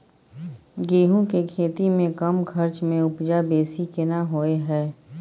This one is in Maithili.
गेहूं के खेती में कम खर्च में उपजा बेसी केना होय है?